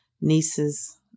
nieces